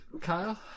Kyle